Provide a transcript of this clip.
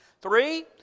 Three